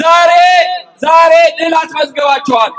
no not at all